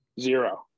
Zero